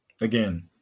Again